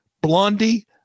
Blondie